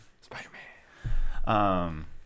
Spider-Man